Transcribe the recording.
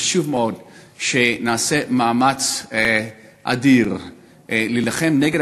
חשוב מאוד שנעשה מאמץ אדיר להילחם נגד